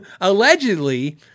allegedly